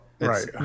Right